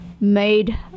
made